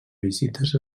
visites